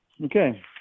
okay